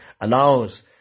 allows